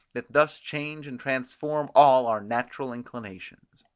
that thus change and transform all our natural inclinations.